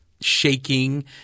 shaking